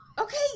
okay